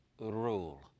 rule